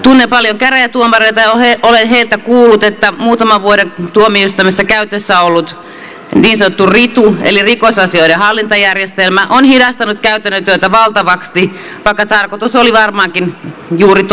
tunnen paljon käräjätuomareita ja olen heiltä kuullut että muutaman vuoden tuomioistuimissa käytössä ollut niin sanottu ritu eli rikosasioiden hallintajärjestelmä on hidastanut käytännön työtä valtavasti vaikka tarkoitus oli varmaankin juuri toisinpäin